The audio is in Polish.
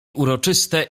uroczyste